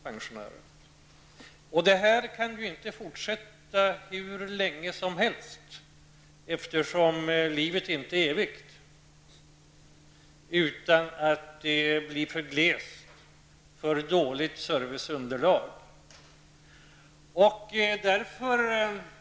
Den här utvecklingen kan inte fortsätta hur länge som helst, eftersom livet inte är evigt. Det blir i de drabbade kommunerna ett för glest och för dåligt serviceunderlag.